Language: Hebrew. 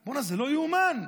בואנה, זה לא ייאמן.